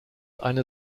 eine